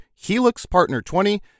HELIXPARTNER20